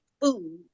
food